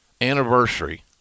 anniversary